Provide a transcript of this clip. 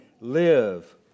live